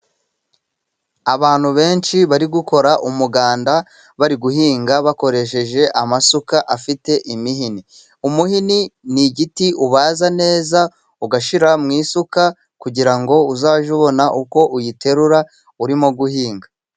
Abantu benshi bari gukora umuganda bari guhinga bakoresheje amasuka afite imihini. Umuhini ni igiti ubaza neza ugashyira mu isuka, kugira ngo uzajye ubona uko uyiterura urimo guhinga.